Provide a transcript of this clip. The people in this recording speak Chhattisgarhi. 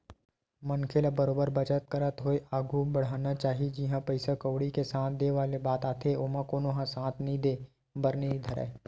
मनखे ल बरोबर बचत करत होय आघु बड़हना चाही जिहाँ पइसा कउड़ी के साथ देय वाले बात आथे ओमा कोनो ह साथ नइ देय बर नइ धरय